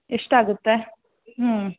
ಎಷ್ಟಾಗುತ್ತೆ ಹ್ಞೂ